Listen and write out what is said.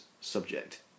subject